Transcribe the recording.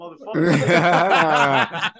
motherfucker